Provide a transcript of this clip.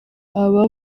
aba